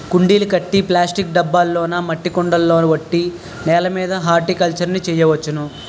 కుండీలు కట్టి ప్లాస్టిక్ డబ్బాల్లోనా మట్టి కొండల్లోన ఒట్టి నేలమీద హార్టికల్చర్ ను చెయ్యొచ్చును